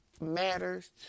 matters